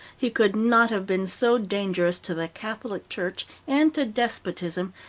he could not have been so dangerous to the catholic church and to despotism,